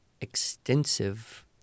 extensive